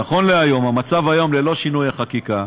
נכון להיום, המצב היום, ללא שינוי החקיקה,